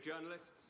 journalists